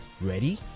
Ready